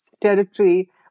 territory